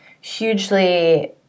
hugely